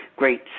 great